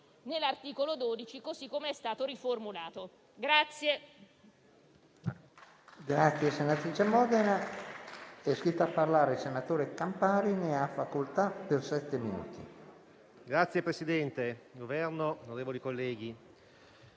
nell'articolo 12, così com'è stato riformulato.